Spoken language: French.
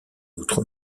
outre